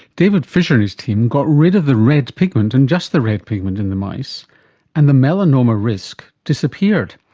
david fisher and his team got rid of the red pigment and just the red pigment in the mice and the melanoma risk disappeared.